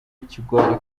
ikigwari